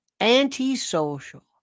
antisocial